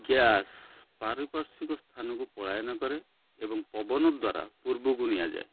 gas ପାରିପାର୍ଶ୍ୱିକ ସ୍ଥାନକୁ ପଳାୟନ କରେ ଏବଂ ପବନ ଦ୍ୱାରା ପୂର୍ବକୁ ନିଆଯାଏ